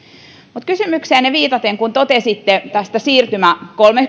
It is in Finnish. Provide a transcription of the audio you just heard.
mutta kysymykseenne viitaten kun totesitte tästä siirtymästä